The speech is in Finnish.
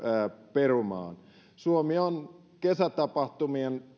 perumaan suomi on kesätapahtumien